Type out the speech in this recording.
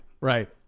Right